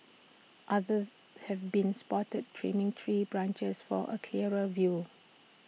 others have been spotted trimming tree branches for A clearer view